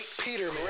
Peterman